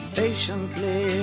patiently